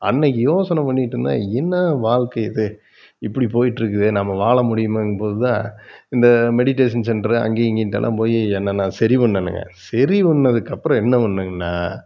அன்னைக்கு யோசனை பண்ணிகிட்ருந்தேன் என்ன வாழ்க்கை இது இப்படி போயிகிட்ருக்குதே நம்ம வாழ முடியுமாங்கும்போது தான் இந்த மெடிட்டேஷன் சென்ட்ரு அங்கே இங்கேன்ட்டெல்லாம் போய் என்ன நான் சரி பண்ணேணுங்க சரி பண்ணதுக்கப்புறம் என்ன பண்ணேங்கன்னா